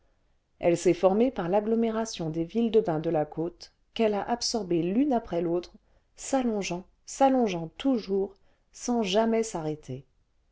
elle s'est formée par l'agglomération des villes de bains de la côte qu'elle a absorbées l'une après l'autre s'allongeant s'allongeant toujours sans jamais s'arrêter